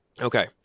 Okay